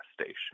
station